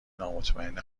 نامطمئن